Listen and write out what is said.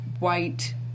white